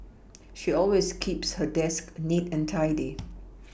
she always keeps her desk neat and tidy